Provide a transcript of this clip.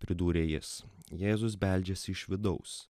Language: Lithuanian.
pridūrė jis jėzus beldžiasi iš vidaus